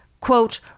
quote